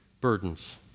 burdens